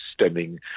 stemming